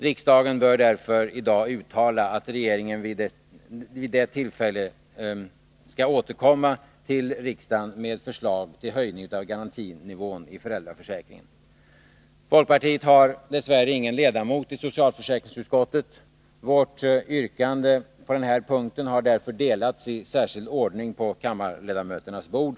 Riksdagen bör därför i dag uttala att regeringen vid detta tillfälle skall återkomma till riksdagen med förslag till höjning av garantinivån i föräldraförsäkringen. Folkpartiet har dess värre ingen ledamot i socialförsäkringsutskottet. Vårt yrkande på den här punkten har därför delats i särskild ordning på kammarledamöternas bord.